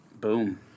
Boom